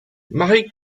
marie